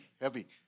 heavy